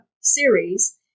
series